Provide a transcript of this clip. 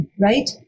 right